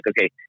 okay